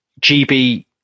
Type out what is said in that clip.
GB